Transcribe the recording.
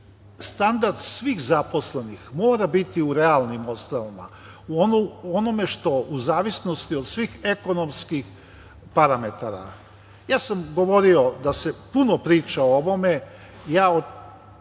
standard svih zaposlenih mora biti u realnim osnovama, u onome što u zavisnosti od svih ekonomskih parametara. Ja sam govorio da se puno priča o ovome,